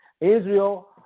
Israel